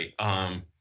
right